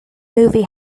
movie